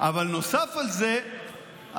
אבל זה נאום